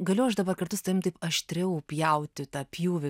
galiu aš dabar kartu su tavim taip aštriau pjauti tą pjūvį